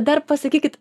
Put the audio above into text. dar pasakykit